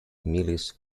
mills